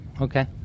okay